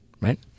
Right